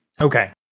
Okay